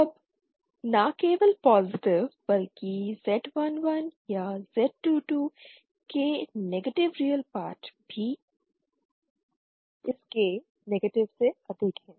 और ना केवल पॉजिटिव बल्कि Z 11 या Z 22 के नेगेटिव रियल पार्ट भी इसके नेगेटिव से अधिक है